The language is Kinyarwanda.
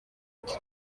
ati